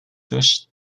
deutsche